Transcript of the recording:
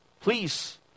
Please